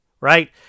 Right